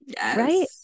Right